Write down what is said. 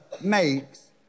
makes